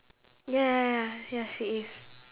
ya ya ya ya she is